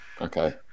Okay